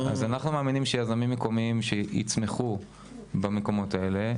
אז אנחנו מאמינים שיזמים מקומיים יתמכו במקומות האלה,